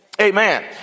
Amen